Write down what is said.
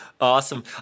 Awesome